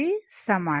కి సమానం